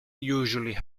usually